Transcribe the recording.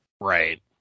Right